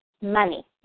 Money